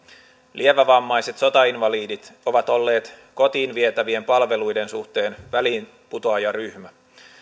lievävammaiset sotainvalidit ovat olleet kotiin vietävien palveluiden suhteen väliinputoajaryhmä